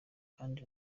kandi